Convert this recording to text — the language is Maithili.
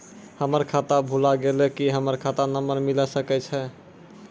हमर खाता भुला गेलै, की हमर खाता नंबर मिले सकय छै?